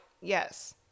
Yes